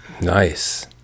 Nice